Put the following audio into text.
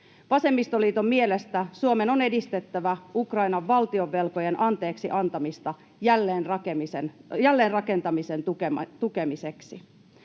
Vasemmistoliiton mielestä Suomen on edistettävä Ukrainan valtionvelkojen anteeksi antamista jälleenrakentamisen tukemiseksi.